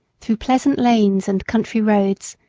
through pleasant lanes and country roads,